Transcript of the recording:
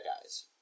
guys